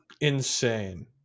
insane